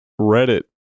Reddit